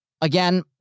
Again